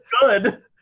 good